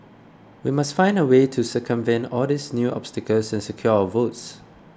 we must find a way to circumvent all these new obstacles and secure our votes